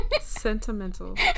sentimental